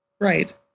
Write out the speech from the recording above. Right